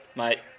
mate